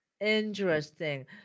Interesting